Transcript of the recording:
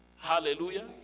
Hallelujah